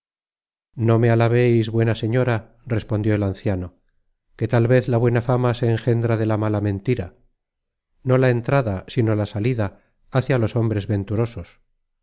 no me alabeis buena señora respondió el anciano que tal vez la buena fama se engendra de la mala mentira no la entrada sino la salida hace á los hombres venturosos